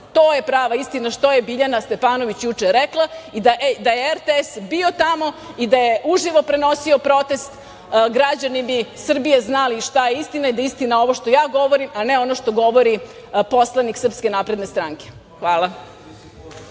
To je prava istina što je Biljana Stepanović juče rekla. Da je RTS bio tamo i da je uživo prenosio protest građani bi Srbije znali šta je istina i da je istina što ja govorim, a ne ono što govori poslanik SNS. Hvala.